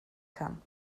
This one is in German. kann